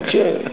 תקשיב,